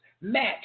match